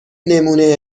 نمونه